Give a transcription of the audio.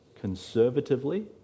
conservatively